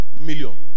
million